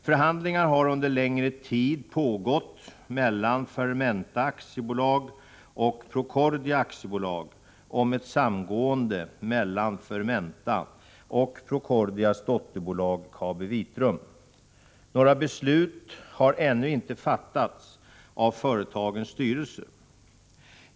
Förhandlingar har under en längre tid pågått mellan Fermenta AB och Procordia AB om ett samgående mellan Fermenta och Procordias dotterbolag KabiVitrum. Några beslut har ännu inte fattats av företagens styrelser.